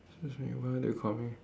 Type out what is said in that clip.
excuse me when are they coming